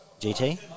GT